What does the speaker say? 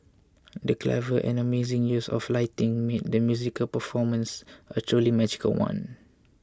the clever and amazing use of lighting made the musical performance a truly magical one